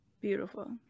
Beautiful